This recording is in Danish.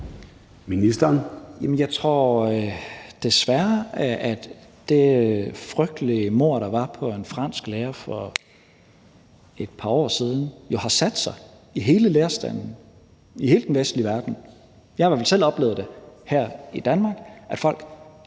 Tesfaye): Jeg tror desværre, at det frygtelige mord, der var på en fransk lærer for et par år siden, har sat sig i hele lærerstanden i hele den vestlige verden. Jeg har i hvert fald selv oplevet det her i Danmark – at folk